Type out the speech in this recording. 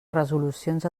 resolucions